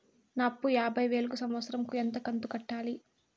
నా అప్పు యాభై వేలు కు సంవత్సరం కు ఎంత కంతు కట్టాలి?